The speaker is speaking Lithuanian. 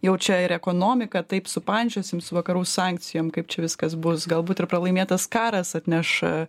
jau čia ir ekonomika taip supančiosim su vakarų sankcijom kaip čia viskas bus galbūt ir pralaimėtas karas atneš